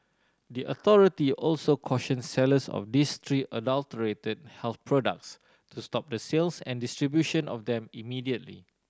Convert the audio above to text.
the authority also cautioned sellers of these three adulterated health products to stop the sales and distribution of them immediately